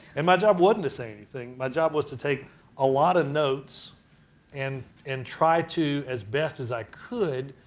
and my job wasn't to say anything. my job was to take a lot of notes and and try to, as best as i could,